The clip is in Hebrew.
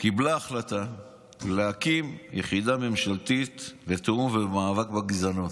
קיבלה החלטה להקים יחידה ממשלתית לתיאום המאבק בגזענות.